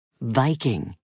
Viking